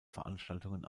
veranstaltungen